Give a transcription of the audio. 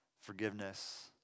forgiveness